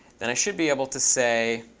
then i should be able to say